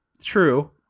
True